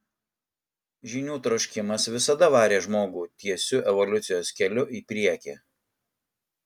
žinių troškimas visada varė žmogų tiesiu evoliucijos keliu į priekį